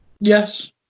Yes